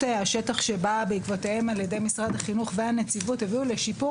השטח שבאה בעקבותיהן ע"י משרד החינוך והנציבות הביאו לשיפור